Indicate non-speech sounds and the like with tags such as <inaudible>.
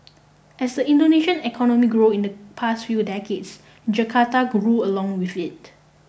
<noise> as the Indonesian economy grew in the past few decades Jakarta grew along with it